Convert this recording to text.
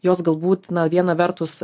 jos galbūt na viena vertus